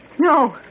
no